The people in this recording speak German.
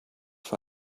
für